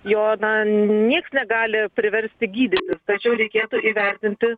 jo na nieks negali priversti gydytis tačiau reikėtų įvertinti